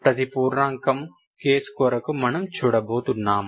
ప్రతి పూర్ణాంకం కేసు కొరకు మనం చూడబోతున్నాము